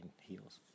heels